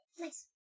Nice